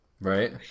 Right